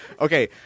Okay